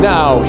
Now